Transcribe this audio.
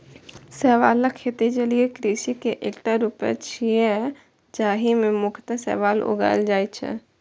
शैवालक खेती जलीय कृषि के एकटा रूप छियै, जाहि मे मुख्यतः शैवाल उगाएल जाइ छै